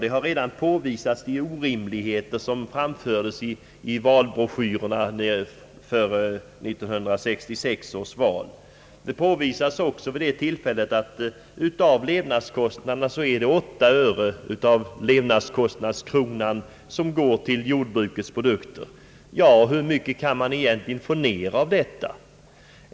Det har redan påvisats vilka orimligheter som framfördes i valbroschyrerna före 1966 års val. Det har också påvisats att av levnadskostnaderna går 8 öre per krona till jordbrukets produkter. Hur långt kan man egentligen pressa ned den delen?